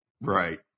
Right